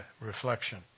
reflection